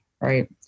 right